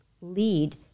lead